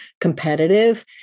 competitive